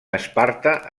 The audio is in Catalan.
esparta